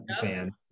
fans